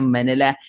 Manila